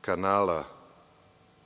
kanala